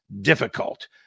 difficult